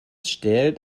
stellt